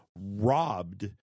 robbed